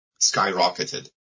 skyrocketed